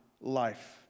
life